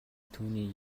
түүний